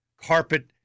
carpet